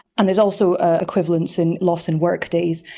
and there's also ah equivalence in loss in work days.